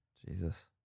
jesus